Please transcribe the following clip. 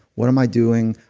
what am i doing?